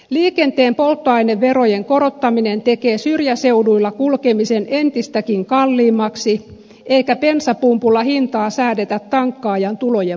liikenteen polttoaineverojen korottaminen tekee syrjäseuduilla kulkemisen entistäkin kalliimmaksi eikä bensapumpulla hintaa säädetä tankkaajan tulojen mukaan